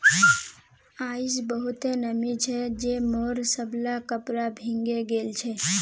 आइज बहुते नमी छै जे मोर सबला कपड़ा भींगे गेल छ